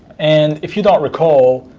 and if you don't recall,